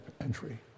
entry